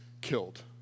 killed